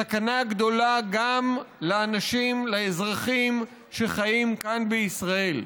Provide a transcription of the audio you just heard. סכנה גדולה גם לאנשים, לאזרחים שחיים כאן בישראל.